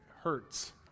hurts